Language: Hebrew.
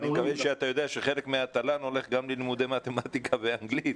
אני מקווה שאתה יודע שחלק מהתל"ן הולך ללימודי מתמטיקה ואנגלית.